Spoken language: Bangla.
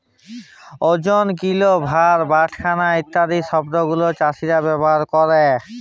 ওজন, কিলো, ভার, বাটখারা ইত্যাদি শব্দ গুলো চাষীরা ব্যবহার ক্যরে